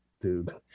dude